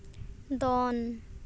ᱫᱚᱱ